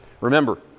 Remember